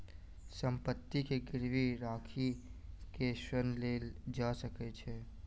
संपत्ति के गिरवी राइख के ऋण लेल जा सकै छै